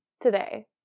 today